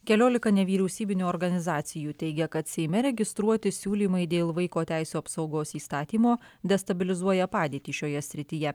keliolika nevyriausybinių organizacijų teigia kad seime registruoti siūlymai dėl vaiko teisių apsaugos įstatymo destabilizuoja padėtį šioje srityje